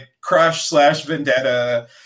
crush-slash-vendetta